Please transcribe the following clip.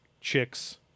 chick's